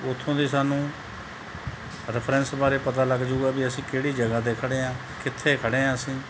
ਓਥੋਂ ਦੇ ਸਾਨੂੰ ਰੈਫਰੈਂਸ ਬਾਰੇ ਪਤਾ ਲੱਗ ਜਾਊਗਾ ਵੀ ਅਸੀਂ ਕਿਹੜੀ ਜਗ੍ਹਾ 'ਤੇ ਖੜ੍ਹੇ ਹਾਂ ਕਿੱਥੇ ਖੜ੍ਹੇ ਹਾਂ ਅਸੀਂ